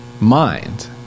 mind